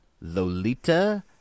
Lolita